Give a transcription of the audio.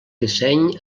disseny